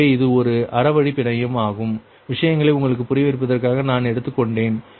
எனவே இது ஒரு ஆரவழி பிணையம் ஆகும் விஷயங்களை உங்களுக்குப் புரியவைப்பதற்காக இதை நான் எடுத்துக்கொண்டேன்